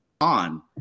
on